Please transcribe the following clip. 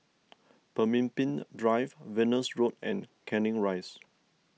Pemimpin Drive Venus Road and Canning Rise